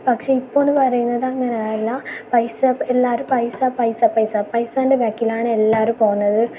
പക്ഷേ ഇപ്പോളെന്ന് പറയുന്നത് അങ്ങനെ അല്ല പൈസ എല്ലാവരും പൈസ പൈസ പൈസ പൈസെൻ്റെ ബാക്കിലാണ് എല്ലാവരും പോകുന്നത്